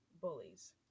bullies